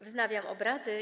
Wznawiam obrady.